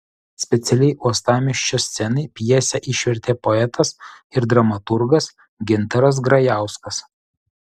specialiai uostamiesčio scenai pjesę išvertė poetas ir dramaturgas gintaras grajauskas